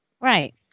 Right